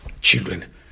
children